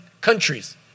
countries